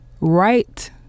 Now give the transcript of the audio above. right